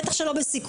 בטח לא בסיכום.